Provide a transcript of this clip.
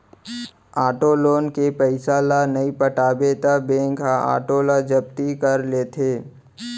auto loan के पइसा ल नइ पटाबे त बेंक ह आटो ल जब्ती कर लेथे